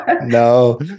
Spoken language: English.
No